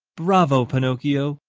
bravo, pinocchio!